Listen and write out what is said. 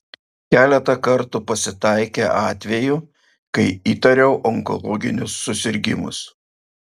keletą kartų pasitaikė atvejų kai įtariau onkologinius susirgimus